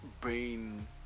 brain